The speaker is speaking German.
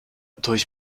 durch